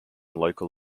local